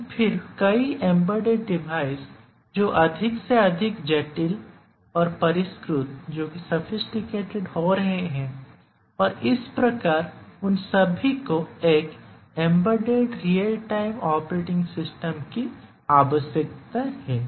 लेकिन फिर कई एम्बेडेड डिवाइस जो अधिक से अधिक जटिल और परिष्कृत हो रहे हैं और इस प्रकार उन सभी को एक embedded real time operating system की आवश्यकता है